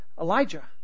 Elijah